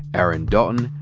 aaron dalton,